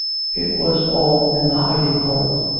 it was all in the hiding hole!